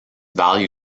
value